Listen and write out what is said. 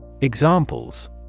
Examples